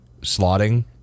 slotting